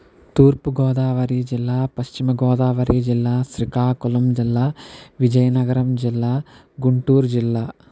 తూర్పు గోదావరీ జిల్లా పశ్చిమ గోదావరీ జిల్లా శ్రీకాకుళం జిల్లా విజయనగరం జిల్లా గుంటూరు జిల్లా